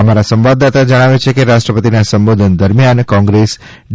અમારા સંવાદદાતા જણાવે છે કે રાષ્ટ્રપતિના સંબોધન દરમિયાન કોંગ્રેસ ડી